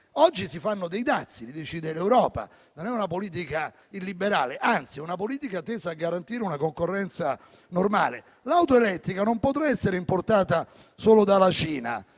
Oggi si impongono dazi, lo decide l'Europa; non è una politica illiberale, anzi è tesa a garantire una concorrenza normale. L'auto elettrica non potrà essere importata solo dalla Cina;